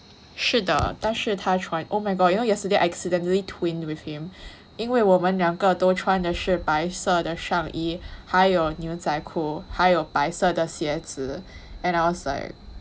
是的但是他穿 oh my god you know yesterday I accidentally twinned with him 因为我们两个都穿的是白色的上衣还有牛仔裤还有白色的鞋子 and I was like